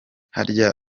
harya